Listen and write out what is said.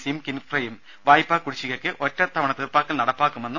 സിയും കിൻഫ്രയും വായ്പാ കുടിശികയ്ക്ക് ഒറ്റത്തവണ തീർപ്പാക്കൽ നടപ്പാക്കും